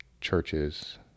churches